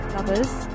Lovers